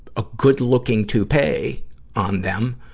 a good-looking toupee on them.